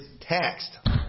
taxed